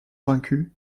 vaincu